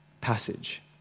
passage